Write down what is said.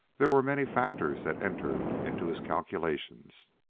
there were many factors that entered into his calculations.